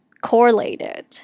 correlated